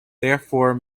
therefore